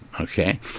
Okay